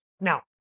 Now